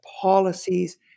policies